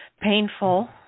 Painful